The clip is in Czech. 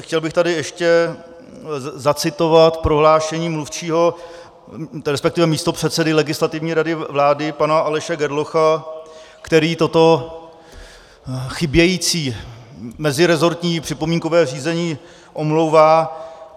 Chtěl bych tady ještě zacitovat prohlášení mluvčího, resp. místopředsedy Legislativní rady vlády pana Aleše Gerlocha, který toto chybějící mezirezortní připomínkové řízení omlouvá.